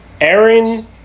Aaron